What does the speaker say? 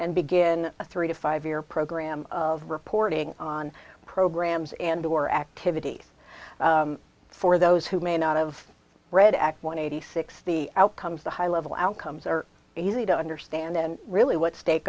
a three to five year program of reporting on programs and or activities for those who may not have read act one eighty six the outcomes the high level outcomes are easy to understand and really what state